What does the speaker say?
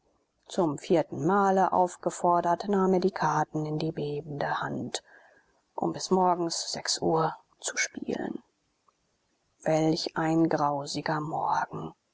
zum vierten male aufgefordert nahm er die karten in die bebende hand um bis morgens sechs uhr zu spielen welch ein grausiger morgen